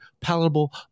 palatable